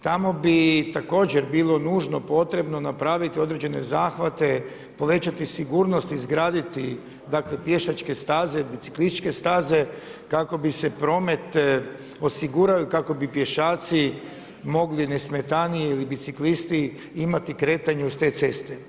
Tamo bi također bilo nužno potrebno napraviti određene zahvate, povećati sigurnost, izgraditi pješačke staze, biciklističke staze kako bi se promet osigurao i kako bi pješaci mogli nesmetanije ili biciklisti imati kretanje uz te ceste.